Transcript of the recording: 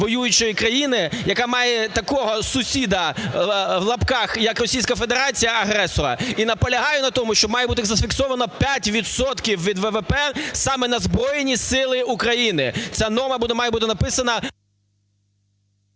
яка має такого сусіда в лапках як Російська Федерація, агресора. І наполягаю на тому, що має бути зафіксовано 5 відсотків від ВВП саме на Збройні Сили України. Ця норма має бути написана…